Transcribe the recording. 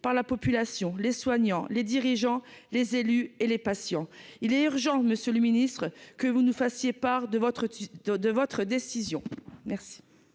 par la population, les soignants, les dirigeants, les élus et les patients, il est urgent, Monsieur le Ministre, que vous nous fassiez part de votre de